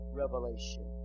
revelation